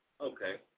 Okay